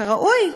כראוי,